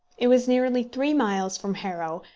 it was nearly three miles from harrow,